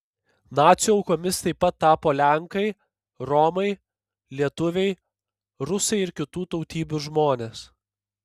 nacių aukomis taip pat tapo lenkai romai lietuviai rusai ir kitų tautybių žmonės